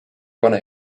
pane